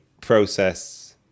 process